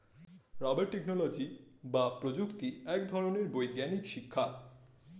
rubber technology বা প্রযুক্তি এক ধরনের বৈজ্ঞানিক শিক্ষা